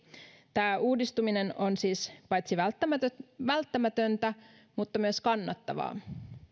tämä uudistuminen on siis paitsi välttämätöntä välttämätöntä myös kannattavaa